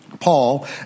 Paul